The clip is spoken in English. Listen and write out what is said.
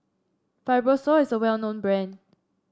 Fibrosol is a well known brand